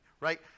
right